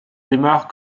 démarre